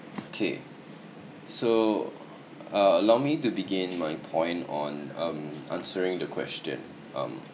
okay so err allow me to begin my point on um answering the question um